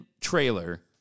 trailer